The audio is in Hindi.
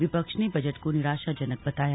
विपक्ष ने बजट को निराशाजनक बताया